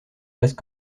bases